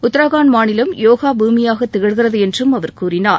உத்ரகாண்ட் மாநிலம் யோகா பூமியாக திகழ்கிறது என்றும் அவர் கூறினார்